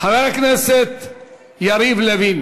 חבר הכנסת יריב לוין